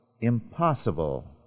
impossible